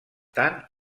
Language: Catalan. tant